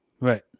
Right